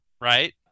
right